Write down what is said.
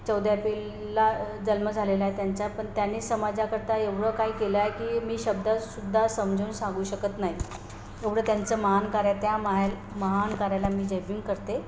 चौदा एप्रिलला जन्म झालेला आहे त्यांचा पण त्यांनी समाजाकरता एवढं काय केलं आहे की मी शब्दसुद्धा समजवून सांगू शकत नाही एवढं त्यांचं महान कार्य त्या महान कार्याला मी जयभीम करते